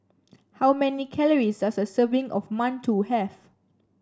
how many calories does a serving of Mantou have